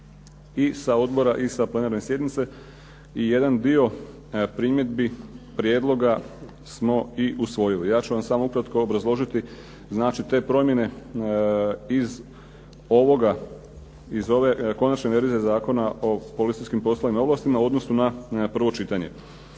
i sa odbora i sa plenarne sjednice, i jedan dio primjedbi, prijedloga smo i usvojili. Ja ću vam samo ukratko obrazložiti te promjene iz ove konačne verzije Zakona o policijskim poslovima i ovlastima u odnosu na prvo čitanje.